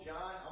John